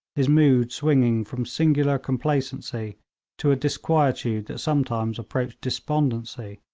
his mood swinging from singular complacency to a disquietude that sometimes approached despondency.